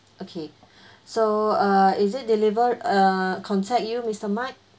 okay so uh is it deliver uh contact you mister mike